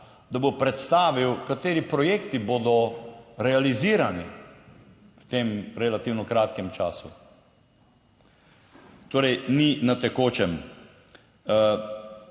da bo predstavil, kateri projekti bodo realizirani v tem relativno kratkem času. Torej, ni na tekočem.